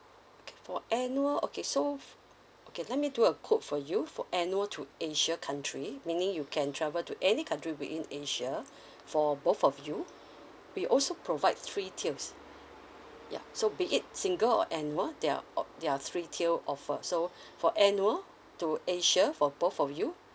kay~ for annual okay so okay let me do a quote for you for annual to asia country meaning you can travel to any country within asia for both of you we also provides three tiers ya so be it single or annual there are o~ there are three tier offer so for annual to asia for both of you